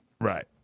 Right